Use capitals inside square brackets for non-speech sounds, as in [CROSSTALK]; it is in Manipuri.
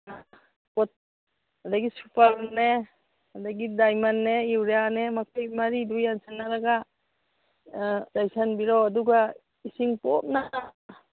[UNINTELLIGIBLE] ꯑꯗꯒꯤ ꯁꯨꯄꯔꯅꯦ ꯑꯗꯒꯤ ꯗꯥꯏꯃꯟꯅꯦ ꯌꯨꯔꯤꯌꯥꯅꯦ ꯃꯈꯣꯏ ꯃꯔꯤꯗꯨ ꯌꯥꯟꯁꯤꯟꯅꯔꯒ ꯆꯥꯏꯁꯟꯕꯤꯔꯣ ꯑꯗꯨꯒ ꯏꯁꯤꯡ ꯄꯨꯝꯅ